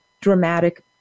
dramatic